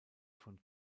von